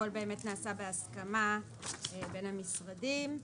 הכול באמת נעשה בהסכמה בין המשרדים.